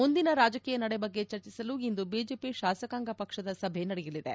ಮುಂದಿನ ರಾಜಕೀಯ ನಡೆ ಬಗ್ಗೆ ಚರ್ಚಿಸಲು ಇಂದು ಬಿಜೆಪಿ ಶಾಸಕಾಂಗ ಪಕ್ಷದ ಸಭೆ ನಡೆಯಲಿದೆ